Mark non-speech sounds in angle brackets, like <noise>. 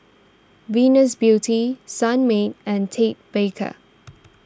Venus Beauty Sunmaid and Ted Baker <noise>